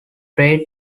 trade